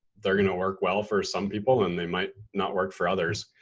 they're gonna work well for some people and they might not work for others.